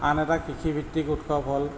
আন এটা কৃষিভিত্তিক উৎসৱ হ'ল